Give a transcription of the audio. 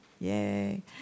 Yay